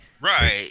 Right